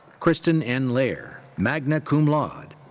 kristen n. lair, magna cum laude.